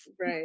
Right